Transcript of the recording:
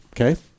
okay